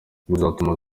bizatuma